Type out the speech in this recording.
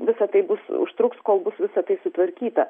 visa tai bus užtruks kol bus visa tai sutvarkyta